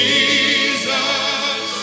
Jesus